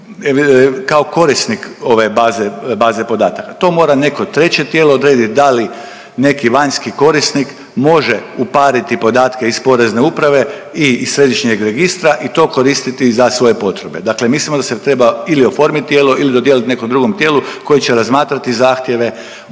kao korisnik ove baze, baze podataka. To mora neko treće tijelo odrediti da li neki vanjski korisnik može upariti podatke iz Porezne uprave i iz središnjeg registra i to koristiti za svoje potrebe. Dakle, mislimo da se treba ili oformiti tijelo ili dodijelit nekom drugom tijelu koje će razmatrati zahtjeve